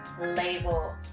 label